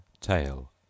TAIL